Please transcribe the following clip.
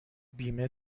بیمه